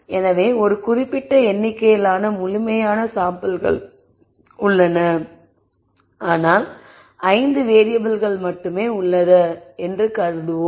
எனவே ஒரு குறிப்பிட்ட எண்ணிக்கையிலான முழுமையான மாதிரிகள் உள்ளன ஆனால் 5 வேறியபிள்கள் மட்டுமே உள்ளன என கருதுவோம்